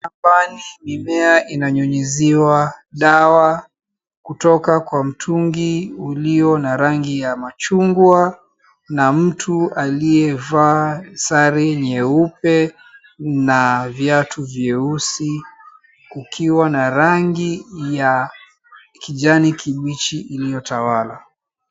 Hapa mimea inanyunyiziwa dawa kutoka kwa mtungi ulio na rangi ya machungwa na mtu aliyevaa sare nyeupe na viatu nyeusi kukiwa na rangi ya kijanikibichi iliyotawala.